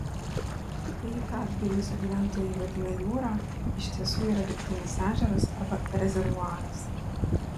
tai ką tbilisio gyventojai vadina jūra iš tiesų yra dirbtinis ežeras arba rezervuaras